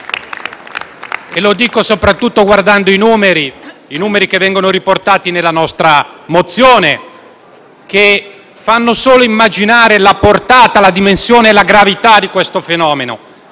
Lo dico soprattutto guardando i numeri, che sono riportati nella nostra mozione, che fanno solo immaginare la portata, la dimensione e la gravità di questo fenomeno.